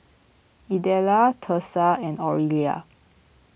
Idella Thursa and Orelia